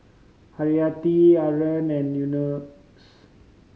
Haryati Haron and Yunos